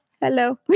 Hello